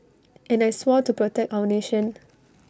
and I swore to protect our nation